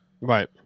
Right